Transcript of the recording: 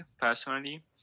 personally